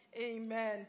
Amen